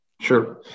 Sure